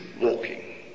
walking